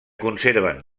conserven